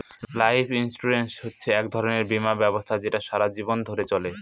life insurance হচ্ছে এক ধরনের বীমা ব্যবস্থা যেটা সারা জীবন ধরে চলে